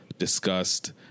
Discussed